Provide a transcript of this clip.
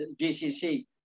GCC